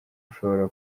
ushobora